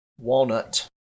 walnut